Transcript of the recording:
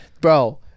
bro